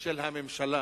של הממשלה,